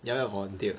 你要不要 volunteer